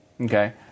Okay